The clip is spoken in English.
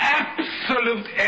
absolute